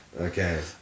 Okay